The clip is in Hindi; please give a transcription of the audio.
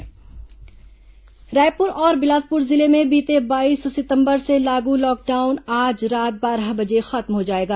लॉकडाउन रायपुर और बिलासपुर जिले में बीते बाईस सितंबर से लागू लॉकडाउन आज रात बारह बजे खत्म हो जाएगा